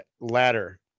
ladder